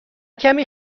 کمی